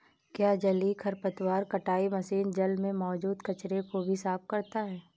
क्या जलीय खरपतवार कटाई मशीन जल में मौजूद कचरे को भी साफ करता है?